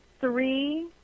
three